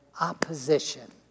opposition